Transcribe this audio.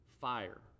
fire